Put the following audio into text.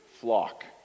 flock